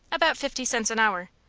about fifty cents an hour.